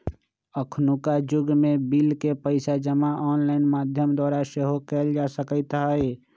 अखुन्का जुग में बिल के पइसा जमा ऑनलाइन माध्यम द्वारा सेहो कयल जा सकइत हइ